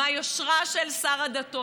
מהיושרה של שר הדתות,